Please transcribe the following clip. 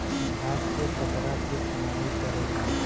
घास भूसा के कतरा के सनाई करला